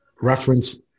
reference